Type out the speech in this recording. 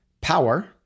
power